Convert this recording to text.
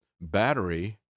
battery